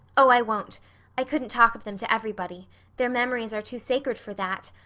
oh, i won't. i couldn't talk of them to everybody their memories are too sacred for that.